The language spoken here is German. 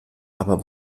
aber